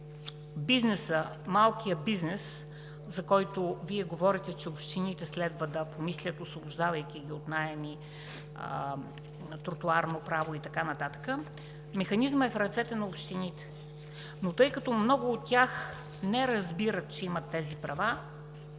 малкия бизнес, за който Вие говорите, че общините следва да помислят, освобождавайки го от наеми, тротоарно право и така нататък, механизмът е в ръцете на общините. Но тъй като много от тях не разбират, че имат тези права,